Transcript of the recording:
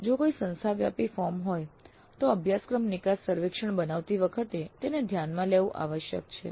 જો કોઈ સંસ્થા વ્યાપી ફોર્મ હોય તો અભ્યાસક્રમ નિકાસ સર્વેક્ષણ બનાવતી વખતે તેને ધ્યાનમાં લેવું આવશ્યક છે